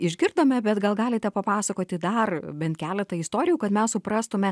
išgirdome bet gal galite papasakoti dar bent keletą istorijų kad mes suprastume